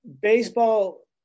baseball